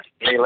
Hey